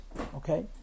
Okay